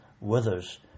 withers